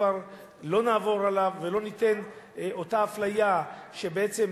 כבר לא נעבור עליו ולא ניתן שאותה אפליה שנעשתה,